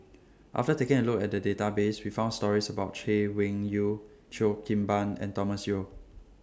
after taking A Look At The Database We found stories about Chay Weng Yew Cheo Kim Ban and Thomas Yeo